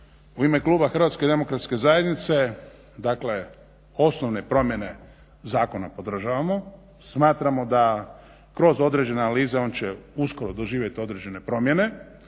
u ime kluba HDZ-a dakle osnovne promjene zakona podržavamo, smatramo da kroz određene analize on će uskoro doživjet određene promjene.